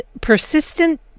Persistent